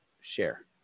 share